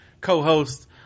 co-host